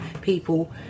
people